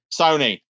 Sony